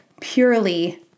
purely